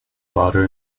father